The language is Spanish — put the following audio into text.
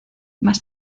más